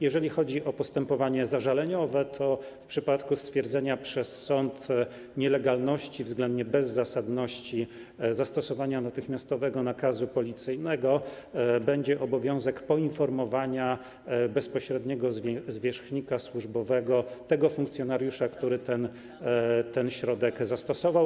Jeżeli chodzi o postępowanie zażaleniowe, to w przypadku stwierdzenia przez sąd nielegalności lub bezzasadności zastosowania natychmiastowego nakazu policyjnego będzie obowiązek poinformowania bezpośredniego zwierzchnika służbowego tego funkcjonariusza, który ten środek zastosował.